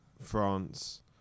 France